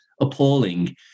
appalling